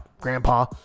grandpa